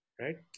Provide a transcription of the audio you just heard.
right